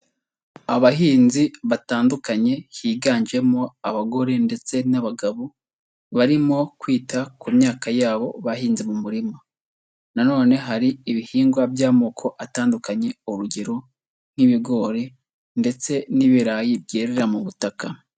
Abahinzi batandukanye higanjemo abagore ndetse n'abagabo, barimo kwita ku myaka yabo bahinze mu murima, nanone hari ibihingwa by'amoko atandukanye, urugero nk'ibigori ndetse n'ibirayi byerera mu butaka.